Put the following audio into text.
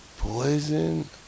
Poison